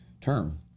term